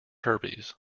herpes